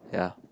yeah